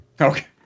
Okay